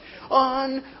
On